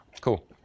Cool